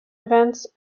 events